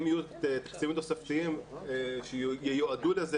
אם יהיו תקציבים תוספתיים שייועדו לזה